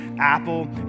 Apple